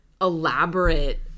elaborate